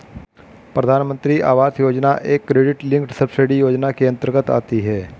प्रधानमंत्री आवास योजना एक क्रेडिट लिंक्ड सब्सिडी योजना के अंतर्गत आती है